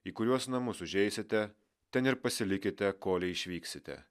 į kuriuos namus užeisite ten ir pasilikite kolei išvyksite